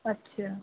अछा